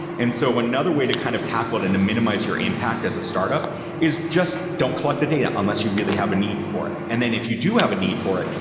and so another way to kind of tackle and to minimize your impact as a startup is just don't collect the data unless you really have a need for it. and then if you do have a need for it,